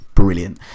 Brilliant